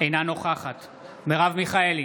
אינה נוכחת מרב מיכאלי,